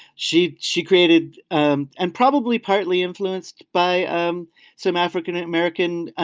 she she created um and probably partly influenced by um some african-american